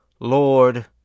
Lord